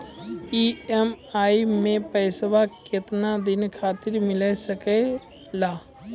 EMI मैं पैसवा केतना दिन खातिर मिल सके ला?